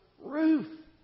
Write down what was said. Ruth